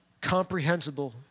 comprehensible